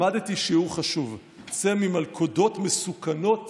למדתי שיעור חשוב: צא ממלכודות מסוכנות